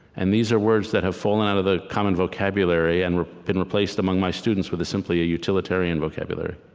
and these are words that have fallen out of the common vocabulary and been replaced among my students with simply a utilitarian vocabulary